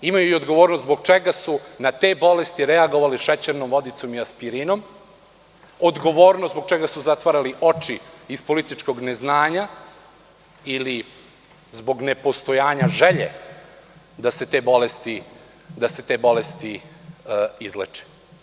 Imaju odgovornost i zbog čega su na te bolesti reagovale šećernom vodicom i aspirinom, odgovornost zbog čega su zatvarali oči iz političkog neznanja ili zbog nepostojanja želje da se te bolesti izleče.